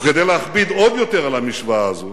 וכדי להכביד עוד יותר על המשוואה הזאת,